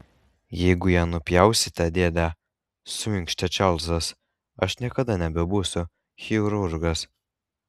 jeigu ją nupjausite dėde suinkštė čarlzas aš niekada nebebūsiu chirurgas